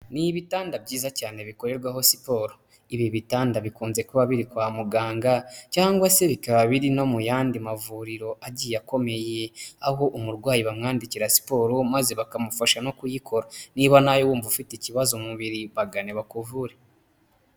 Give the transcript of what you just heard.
Ni ibitanda byiza cyane bikorerwaho siporo, ibi bitanda bikunze kuba biri kwa muganga cyangwa se bikaba biri no mu yandi mavuriro agiye akomeye aho umurwayi bamwandikira siporo maze bakamufasha no kuyikora, niba nawe wumva ufite ikibazo mu mubiri bagane bakuvure.